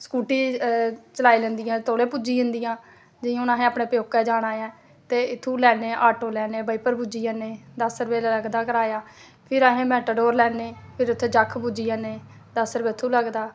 scooty चलाई लैंदियां तौले पुज्जी जंदियां जियां हून असें अपने प्यौके जाना ऐ ते इत्थुं ऑटो लैने ते बाईपुर पुज्जी जन्ने दस्स रपेऽ लगदा किराया भी अस मेटाडोर लैने फिर उत्थें जख पुज्जी जन्ने दस्स रपेऽ उत्थुं लगदा